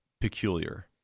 peculiar